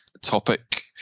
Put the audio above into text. topic